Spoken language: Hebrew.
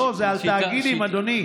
לא, זה על תאגידים, אדוני.